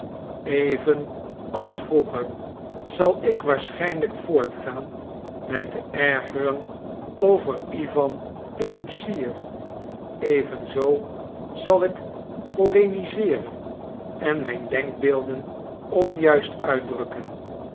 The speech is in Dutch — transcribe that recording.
even als vroeger zal ik waarschijnlijk voortgaan mij te ergeren over iwan den koetsier evenzoo zal ik polemiseeren en mijn denkbeelden onjuist uitdrukken